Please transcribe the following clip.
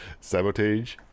sabotage